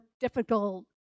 difficult